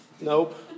nope